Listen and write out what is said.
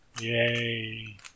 Yay